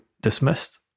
dismissed